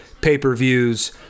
pay-per-views